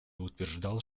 утверждал